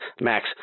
Max